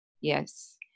yes